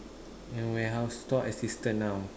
and warehouse store assistant now